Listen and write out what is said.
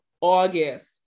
August